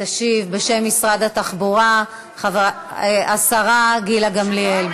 תשיב בשם משרד התחבורה השרה גילה גמליאל.